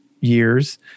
years